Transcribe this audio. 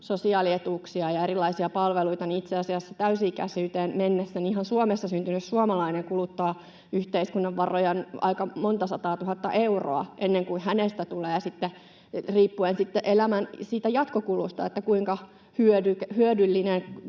sosiaalietuuksia ja erilaisia palveluita, ja itse asiassa täysi-ikäisyyteen mennessä ihan Suomessa syntynyt suomalainen kuluttaa yhteiskunnan varoja aika monta sataatuhatta euroa ja riippuu sitten elämän jatkokulusta, kuinka hyödyllinen